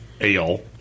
ale